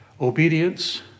Obedience